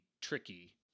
tricky